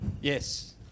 Yes